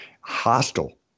hostile